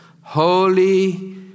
Holy